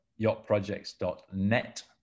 yachtprojects.net